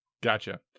Gotcha